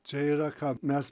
čia yra ką mes